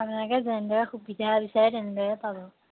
আপোনালোকে যেনেদৰে সুবিধা বিচাৰে তেনেদৰে পাব